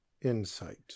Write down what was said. Insight